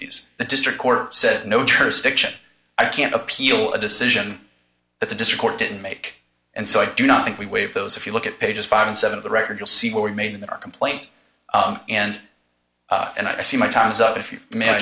these the district court said no jurisdiction i can't appeal a decision that the district didn't make and so i do not think we waive those if you look at pages five and seven of the record you'll see were made in the complaint and and i see my time's up if